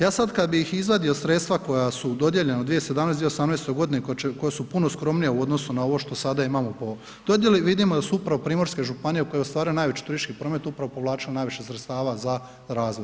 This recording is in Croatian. Ja sad kad bih izvadio sredstva koja su dodijeljena u 2017./2018. g. koja su puno skromnija u odnosu na ovo što sada imamo po dodjeli, vidimo da su upravo primorske županije u kojoj je ostvareno najveći turistički promet upravo povlačilo najviše sredstava za razvoj.